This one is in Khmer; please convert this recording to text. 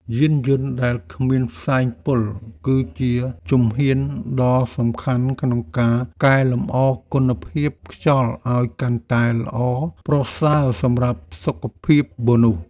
យានយន្តដែលគ្មានផ្សែងពុលគឺជាជំហានដ៏សំខាន់ក្នុងការកែលម្អគុណភាពខ្យល់ឱ្យកាន់តែល្អប្រសើរសម្រាប់សុខភាពមនុស្ស។